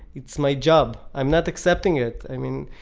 it's my job i'm not accepting it. i mean,